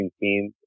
team